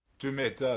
to make